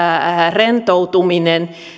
rentoutuminen